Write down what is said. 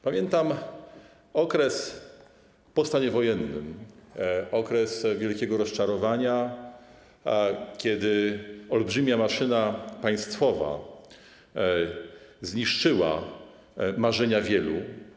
Pamiętam okres po stanie wojennym, okres wielkiego rozczarowania, kiedy olbrzymia maszyna państwowa zniszczyła marzenia wielu.